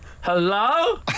hello